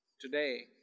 today